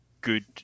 good